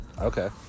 Okay